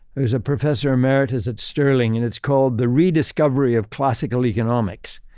who was a professor emeritus at sterling, and it's called the rediscovery of classical economics.